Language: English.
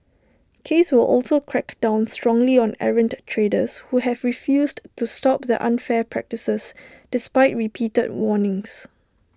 case will also crack down strongly on errant traders who have refused to stop their unfair practices despite repeated warnings